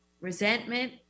resentment